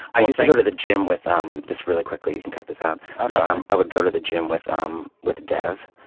i used to go to the gym with um just really quickly. you can cut this out. but um i would go to the gym with um with dev